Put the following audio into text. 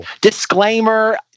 disclaimer